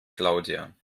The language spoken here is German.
claudia